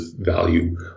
value